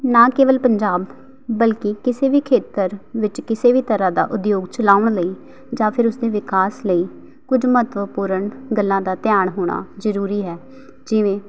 ਨਾ ਕੇਵਲ ਪੰਜਾਬ ਬਲਕਿ ਕਿਸੇ ਵੀ ਖੇਤਰ ਵਿੱਚ ਕਿਸੇ ਵੀ ਤਰ੍ਹਾਂ ਦਾ ਉਦਯੋਗ ਚਲਾਉਣ ਲਈ ਜਾਂ ਫਿਰ ਉਸਦੇ ਵਿਕਾਸ ਲਈ ਕੁਝ ਮਹੱਤਵਪੂਰਨ ਗੱਲਾਂ ਦਾ ਧਿਆਨ ਹੋਣਾ ਜ਼ਰੂਰੀ ਹੈ ਜਿਵੇਂ